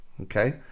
Okay